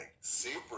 super